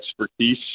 expertise